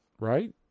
right